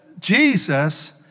Jesus